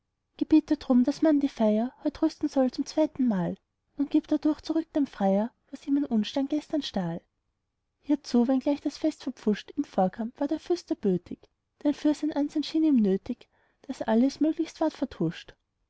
drum daß man die feier heut rüsten soll zum zweitenmal und gib dadurch zurück dem freier was ihm ein unstern gestern stahl hierzu wenngleich das fest verpfuscht ihm vorkam war der fürst erbötig denn für sein ansehn schien ihm nötig daß alles möglichst ward vertuscht